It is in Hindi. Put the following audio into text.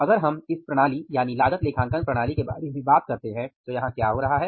अगर हम इस प्रणाली लागत लेखांकन प्रणाली के बारे में बात करते हैं तो यहां क्या हो रहा है